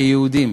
כיהודים,